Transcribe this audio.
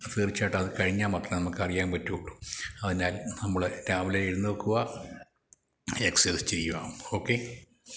തീർച്ചയായിട്ടും അത് കഴിഞ്ഞാല് മാത്രമേ നമുക്ക് അറിയാന് പറ്റുകയുള്ളൂ അതിനാൽ നമ്മള് രാവിലെ എഴുന്നേല്ക്കുക എക്സസൈസ് ചെയ്യുക ഓക്കെ